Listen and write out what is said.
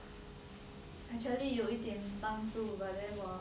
actually 有一点帮助 but then 我